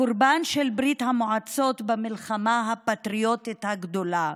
הקורבן של ברית המועצות ב"מלחמה הפטריוטית הגדולה",